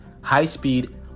high-speed